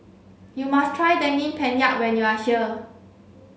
you must try Daging Penyet when you are